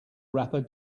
wrapper